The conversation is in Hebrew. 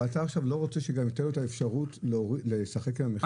אבל אתה עכשיו לא רוצה שתהיה לו אפשרות לשחק עם המחיר.